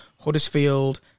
Huddersfield